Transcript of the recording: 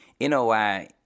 NOI